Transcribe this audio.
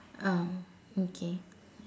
um okay